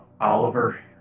Oliver